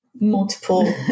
multiple